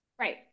right